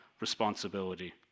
responsibility